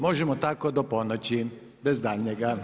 Možemo tako do ponoći, bez daljnjega.